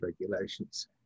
regulations